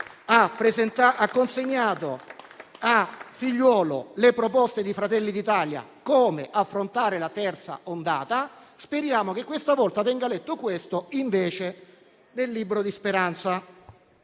ha consegnato al generale Figliuolo le proposte di Fratelli d'Italia su come affrontare la terza ondata. Speriamo che questa volta venga letto questo documento, invece del libro di Speranza.